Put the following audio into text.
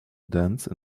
dance